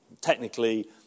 Technically